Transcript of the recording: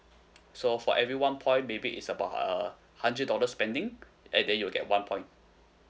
so for every one point maybe is about uh hundred dollar spending and then you will get one point